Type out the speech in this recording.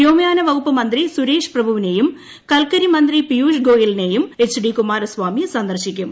വ്യോമയാന വകുപ്പ് മന്ത്രി സുരേഷ് പ്രഭുവിനെയും കൽക്കരി മന്ത്രി പിയൂഷ് ഗോയലിനെയും എച്ച് ഡി കുമാരസ്വാമി സന്ദർശിക്കും